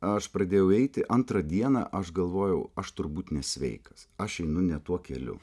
aš pradėjau eiti antrą dieną aš galvojau aš turbūt nesveikas aš einu ne tuo keliu